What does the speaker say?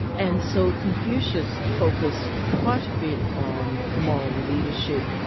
and so confucius focused quite a bit on moral leadership,